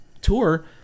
tour